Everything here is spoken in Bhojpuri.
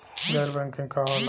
गैर बैंकिंग का होला?